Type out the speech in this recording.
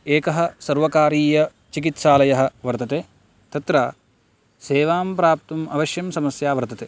एकः सर्वकारीयचिकित्सालयः वर्तते तत्र सेवां प्राप्तुम् अवश्यं समस्या वर्तते